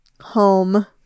home